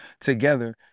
together